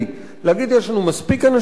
להגיד: יש לנו מספיק אנשים פה,